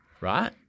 right